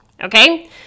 okay